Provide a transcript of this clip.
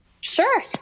Sure